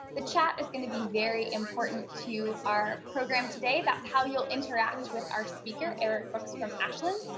the chat is going to be very important to our program today, that's how you'll interact with our speaker eric brooks from ashland.